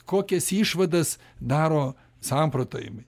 kokias išvadas daro samprotavimai